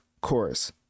chorus